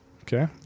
okay